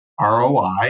ROI